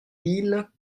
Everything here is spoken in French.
ville